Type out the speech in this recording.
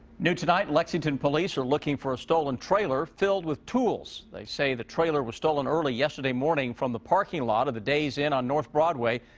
new tonight. lexington police are looking for a stolen trailer. filled with tools. they say, the trailer was stolen early yesterday morning. from the parking lot of the days inn on north broadway.